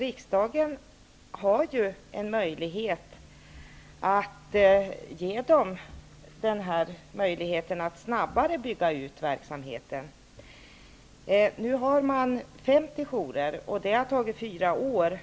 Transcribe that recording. Riksdagen kan emellertid ge dem en möjlighet att snabbare bygga ut verksamheten. Nu har man 50 jourer, och det har tagit fyra år.